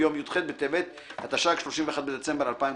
ביום י"ח בטבת התשע"ג (31 בדצמבר 2012)."